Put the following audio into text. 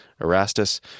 Erastus